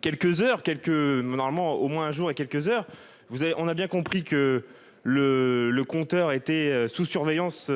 quelques normalement au moins un jour à quelques heures, vous savez, on a bien compris que le le compteur était sous surveillance.